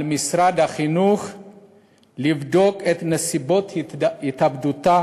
על משרד החינוך לבדוק את נסיבות התאבדותה